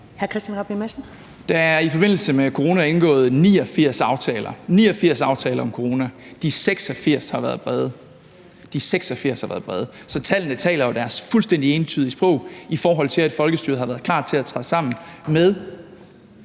Christian Rabjerg Madsen (S): Der er i forbindelse med corona indgået 89 aftaler, og de 86 – de 86 – har været brede. Så tallene taler jo deres fuldstændig entydige sprog, i forhold til at folkestyret har været klar til at træde sammen med